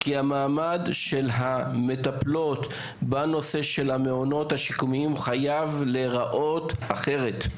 כי המעמד של המטפלות בנושא של המעונות השיקומיים חייב להיראות אחרת.